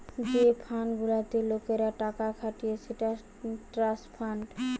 যে ফান্ড গুলাতে লোকরা টাকা খাটায় সেটা ট্রাস্ট ফান্ড